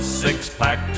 six-pack